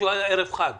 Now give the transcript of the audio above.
אני